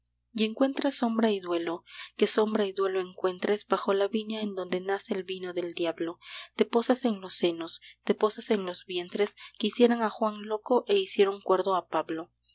y encuentras sombra y duelo que sombra y duelo encuentres bajo la viña en donde nace el vino del diablo te posas en los senos te posas en los vientres que hicieron a juan loco e hicieron cuerdo a pablo